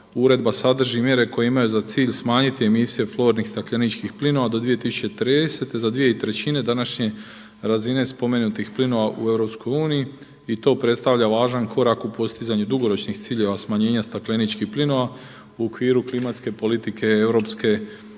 Uredba sadrži mjere koje imaju za cilj smanjiti emisije fluoriranih stakleničkih plinova do 2030. za 2/3 današnje razine spomenutih plinova u Europskoj uniji i to predstavlja važan korak u postizanju dugoročnih ciljeva smanjenja stakleničkih plinova u okviru klimatske politike